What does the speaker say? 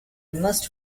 must